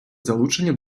залучені